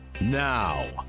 Now